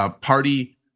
Party